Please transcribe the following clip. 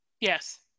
Yes